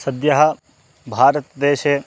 सद्यः भारतदेशे